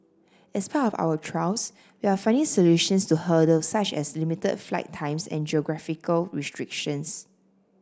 as part of our trials we are finding solutions to hurdle such as limited flight times and geographical restrictions